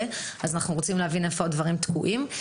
ואנחנו רוצים להבין היכן הדברים תקועים.